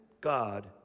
God